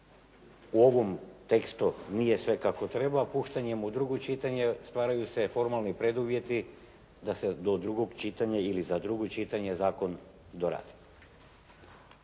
u ovom tekstu nije sve kako treba puštanjem u drugo čitanje stvaraju se formalni preduvjeti da se do drugog čitanja ili za drugo čitanje zakon doradi.